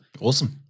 Awesome